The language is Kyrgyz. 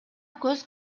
көз